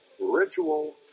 ritual